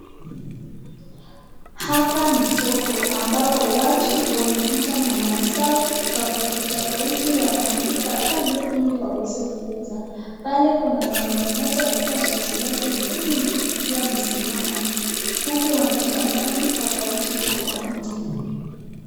Hapa ni soko ambapo watu wamekuja na mali zao tofauti tofauti wakaanika pale ili waweze kuuza. Pale kuna mwanaume mmoja amevaa shati lake nyekundu akiwa amesimama uku wanauza mali tofauti tofauti.